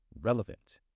relevant